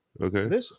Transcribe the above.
Okay